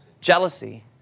Jealousy